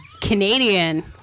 Canadian